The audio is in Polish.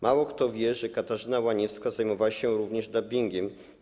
Mało kto wie, że Katarzyna Łaniewska zajmowała się również dubbingiem.